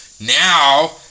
Now